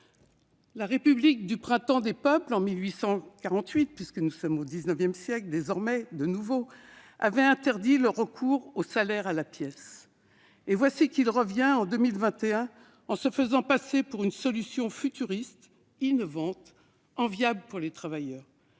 la République du Printemps des peuples- puisque nous sommes de nouveau au XIX siècle désormais -avait interdit le recours au salaire à la pièce. Voici qu'il revient, en 2021, en se faisant passer pour une solution futuriste, innovante, enviable pour les travailleurs.